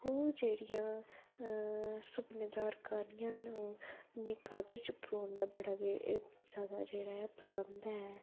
ओह् जेह्ड़ियां सूपनेदार क्हानियां न उ'नेंगी कागज च परोना जेह्ड़ा बड़ा गे जैदा पसंद ऐ तां करियै